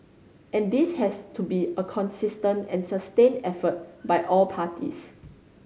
and this has to be a consistent and sustained effort by all parties